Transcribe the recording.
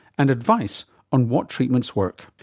and advice on what treatments work.